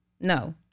No